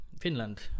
Finland